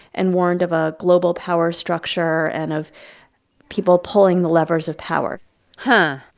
and warned of a global power structure and of people pulling the levers of power huh.